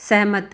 ਸਹਿਮਤ